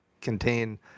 contain